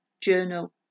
journal